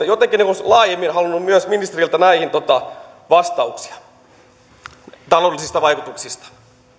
jotenkin olisin laajemmin halunnut myös ministeriltä vastauksia näistä taloudellisista vaikutuksista